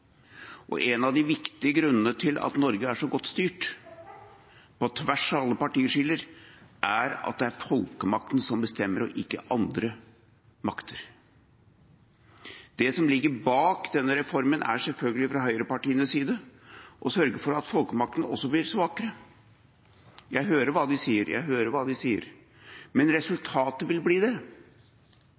En av de viktige grunnene til at Norge er så godt styrt, på tvers av alle partiskiller, er at det er folkemakten som bestemmer – ikke andre makter. Det som ligger bak denne reformen fra høyrepartienes side, er selvfølgelig å sørge for at folkemakten blir svakere. Jeg hører hva de sier, men resultatet vil bli det, for med sterk sentralisering vil en bli